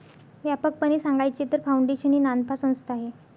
व्यापकपणे सांगायचे तर, फाउंडेशन ही नानफा संस्था आहे